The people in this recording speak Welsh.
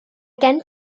gen